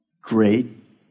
great